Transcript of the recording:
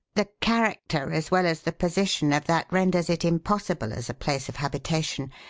the character as well as the position of that renders it impossible as a place of habitation.